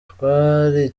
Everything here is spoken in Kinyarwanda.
twari